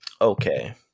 okay